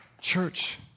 Church